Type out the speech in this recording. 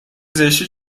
زشتی